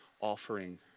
offering